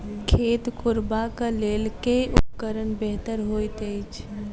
खेत कोरबाक लेल केँ उपकरण बेहतर होइत अछि?